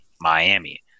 miami